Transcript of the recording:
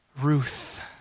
Ruth